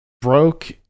broke